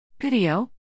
Video